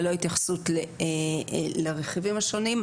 ללא ההתייחסות לרכיבים השונים,